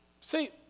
See